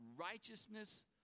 righteousness